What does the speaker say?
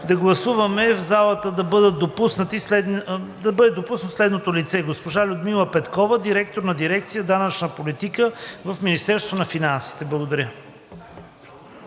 да гласуваме в залата да бъде допуснато следното лице – госпожа Людмила Петкова, директор на дирекция „Данъчна политика“ в Министерството на финансите. Благодаря.